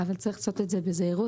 אבל צריך לעשות את זה בזהירות.